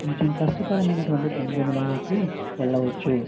కొంచెం కష్టతరమైనటువంటి భంగిమలలోకి వెళ్ళవచ్చు